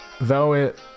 Though-it